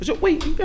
wait